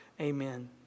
Amen